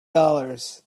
dollars